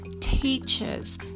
teachers